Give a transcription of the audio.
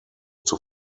zur